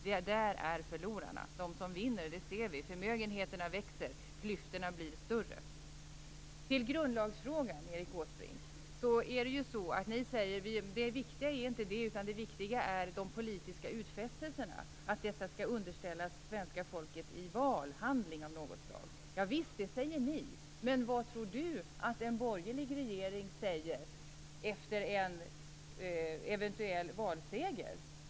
De är förlorarna. Vilka som vinner ser vi. Förmögenheterna växer. Klyftorna blir större. När det gäller grundlagsfrågan säger Erik Åsbrink att det viktiga är de politiska utfästelserna om att denna fråga skall underställas svenska folket i val av något slag. Det säger ni. Men vad tror Erik Åsbrink att en borgerlig regering säger efter en eventuell valseger?